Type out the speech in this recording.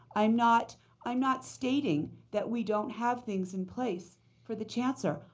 i'm not i'm not stating that we don't have things in place for the chancellor.